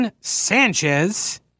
Sanchez